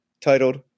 titled